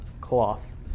cloth